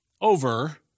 over